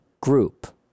group